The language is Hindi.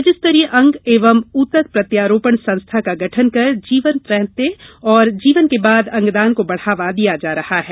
राज्यस्तरीय अंग एवं ऊतक प्रत्यारोपण संस्था का गठन कर जीवन रहते और जीवन के बाद अंगदान को बढ़ावा दिया जा रहा है